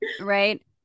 Right